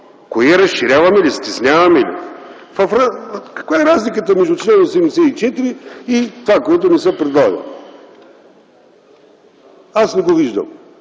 Кое – разширяваме ли, стесняваме ли? Каква е разликата между чл. 84 и това, което ни се предлага? Аз не я виждам.